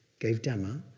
gave dhamma,